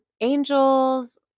angels